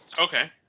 Okay